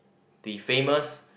be famous